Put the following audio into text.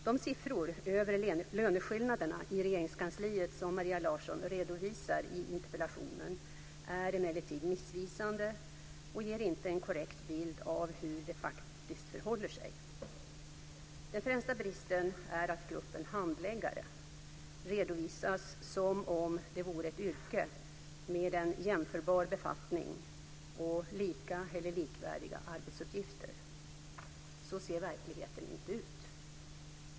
De siffror över löneskillnaderna i Regeringskansliet som Maria Larsson redovisar i interpellationen är emellertid missvisande och ger inte en korrekt bild av hur det faktiskt förhåller sig. Den främsta bristen är att gruppen handläggare redovisas som om detta vore ett yrke med en jämförbar befattning och lika eller likvärdiga arbetsuppgifter. Så ser inte verkligheten ut.